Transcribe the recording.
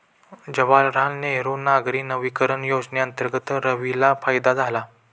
जवाहरलाल नेहरू शहरी नवीकरण योजनेअंतर्गत रवीला फायदा झाला